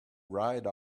ride